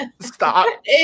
stop